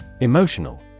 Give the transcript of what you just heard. Emotional